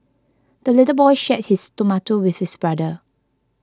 the little boy shared his tomato with his brother